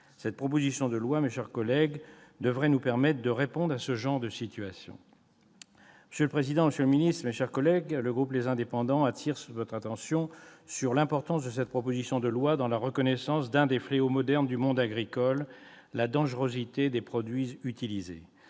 de la proposition de loi, mes chers collègues, devrait nous permettre de répondre à ce genre de situation. Monsieur le président, madame la ministre, mes chers collègues, le groupe Les Indépendants attire votre attention sur l'importance de cette proposition de loi dans la reconnaissance de l'un des fléaux modernes du monde agricole : la dangerosité des produits utilisés.